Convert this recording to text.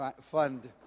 Fund